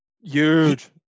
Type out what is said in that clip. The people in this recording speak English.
Huge